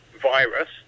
virus